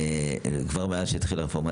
כבר מאז שהתחילה הרפורמה,